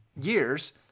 years